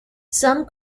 some